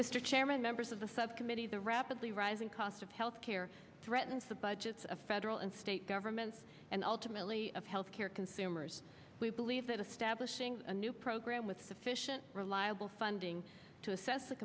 mr chairman members of the subcommittee the rapidly rising cost of health care threatens the budgets of federal and state governments and ultimately of health care consumers we believe that establishing a new program with sufficient reliable funding to assess the